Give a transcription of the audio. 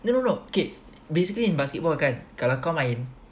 no no no K basically in basketball kan kalau kau main